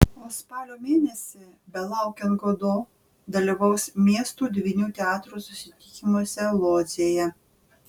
o spalio mėnesį belaukiant godo dalyvaus miestų dvynių teatrų susitikimuose lodzėje